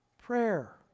Prayer